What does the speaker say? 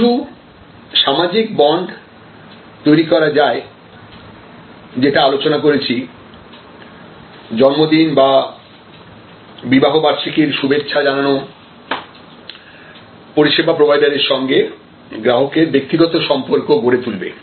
কিছু সামাজিক বন্ড তৈরি করা যায় যেটা আলোচনা করেছি জন্মদিন বা বিবাহ বার্ষিকীর শুভেচ্ছা জানানো পরিষেবা প্রোভাইডার এর সঙ্গে গ্রাহকের ব্যক্তিগত সম্পর্ক গড়ে তুলবে